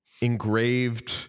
engraved